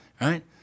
Right